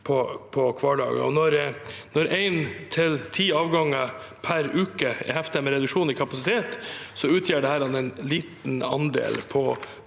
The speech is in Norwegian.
på hverdager. Når én til ti avganger per uke er beheftet med reduksjon i kapasitet, utgjør det en liten andel på